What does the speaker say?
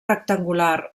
rectangular